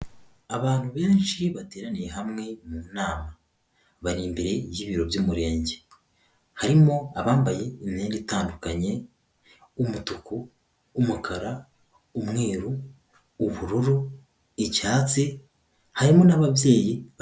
Abantu benshi bateraniye hamwe mu nama, bari imbere y'ibiro by'Umurenge, harimo abambaye imyenda itandukanye: umutuku, umukara, umweru, ubururu, icyatsi, harimo n'ababyeyi.